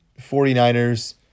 49ers